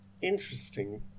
interesting